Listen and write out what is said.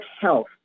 health